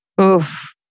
Oof